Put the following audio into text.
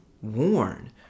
worn